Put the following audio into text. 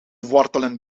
wortelen